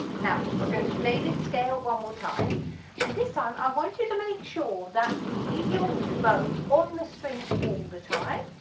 now we're going to play this scale one more time and this time i want you to make sure that you leave your bow on the string all the time,